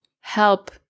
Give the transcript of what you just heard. help